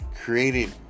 created